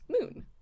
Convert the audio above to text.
moon